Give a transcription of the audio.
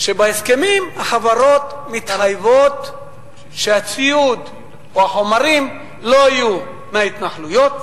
ובהסכמים החברות מתחייבות שהציוד או החומרים לא יהיו מההתנחלויות,